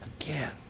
again